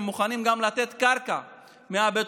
הם מציעים שהם מוכנים לתת קרקע מבית